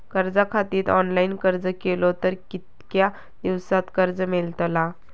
कर्जा खातीत ऑनलाईन अर्ज केलो तर कितक्या दिवसात कर्ज मेलतला?